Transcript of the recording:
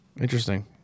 interesting